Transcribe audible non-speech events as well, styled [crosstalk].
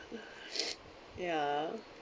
[breath] ya